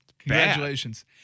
Congratulations